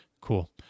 Cool